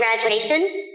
graduation